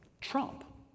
Trump